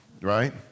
right